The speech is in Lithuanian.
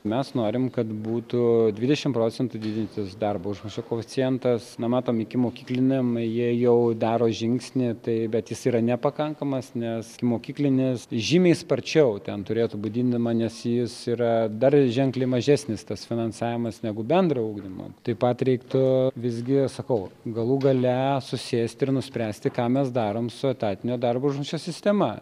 mes norim kad būtų dvidešimt procentų didintas darbo užmokesčio koeficientas nu matom ikimokykliniam jie jau daro žingsnį taip bet jis yra nepakankamas nes ikimokyklinės žymiai sparčiau ten turėtų būti didinama nes jis yra dar ženkliai mažesnis tas finansavimas negu bendrojo ugdymo taip pat reiktų visgi sakau galų gale susėsti ir nuspręsti ką mes darom su etatinio darbo užmokesčio sistema